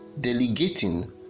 delegating